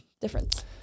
difference